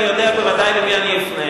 אני יודע בוודאי למי אני אפנה.